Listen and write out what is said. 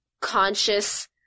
conscious